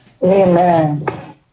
Amen